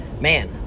man